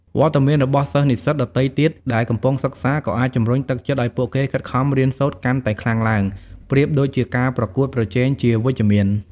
វត្តមានរបស់សិស្សនិស្សិតដទៃទៀតដែលកំពុងសិក្សាក៏អាចជម្រុញទឹកចិត្តឱ្យពួកគេខិតខំរៀនសូត្រកាន់តែខ្លាំងឡើង ប្រៀបដូចជាការប្រកួតប្រជែងជាវិជ្ជមាន។